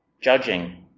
judging